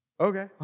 okay